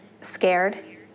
scared